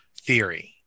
theory